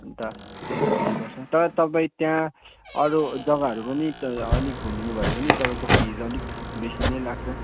अन्त त्यहाँ चाहिँ त्यति पर्छ तर तपाईँ त्यहाँ अरू जग्गाहरू पनि अलिक घुम्नु भयो भनि तपाईँको फिज अलिक बेसी नै लाग्छ